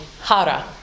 Hara